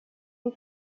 die